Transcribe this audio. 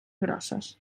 grosses